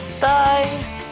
Bye